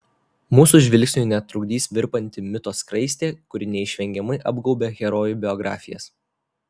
mūsų žvilgsniui netrukdys virpanti mito skraistė kuri neišvengiamai apgaubia herojų biografijas